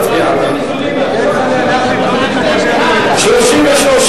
למלחמה בסמים), לשנת הכספים 2011, לא נתקבלו.